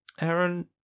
Aaron